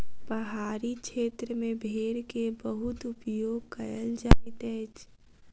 पहाड़ी क्षेत्र में भेड़ के बहुत उपयोग कयल जाइत अछि